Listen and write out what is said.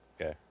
Okay